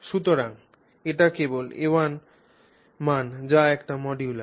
সুতরাং এটি কেবল a মান যা একটি মডিউলাস